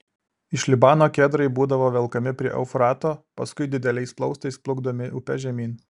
iš libano kedrai būdavo velkami prie eufrato paskui dideliais plaustais plukdomi upe žemyn